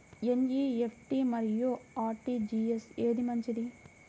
NEFT మరియు RTGS ఏది మంచిది?